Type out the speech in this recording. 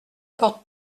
porte